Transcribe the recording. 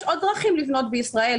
יש עוד דרכים לבנות בישראל,